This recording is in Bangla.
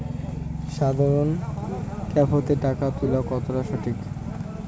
সাধারণ ক্যাফেতে টাকা তুলা কতটা সঠিক?